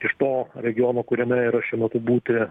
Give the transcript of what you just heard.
iš to regiono kuriame yra šiuo metu būti